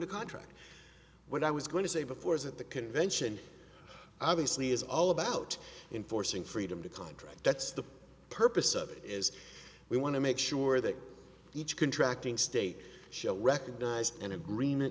to contract what i was going to say before is that the convention obviously is all about enforcing freedom to contract that's the purpose of it is we want to make sure that each contract in state shall recognize an agreement